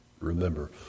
Remember